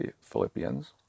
Philippians